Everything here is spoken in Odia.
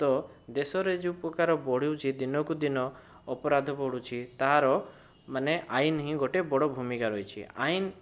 ତ ଦେଶରେ ଯେଉଁ ପ୍ରକାର ବଢୁଛି ଦିନକୁ ଦିନ ଅପରାଧ ବଢ଼ିଛି ତାହାର ମାନେ ଆଇନ ହିଁ ଗୋଟିଏ ବଡ଼ ଭୁମିକା ରହିଛି ଆଇନ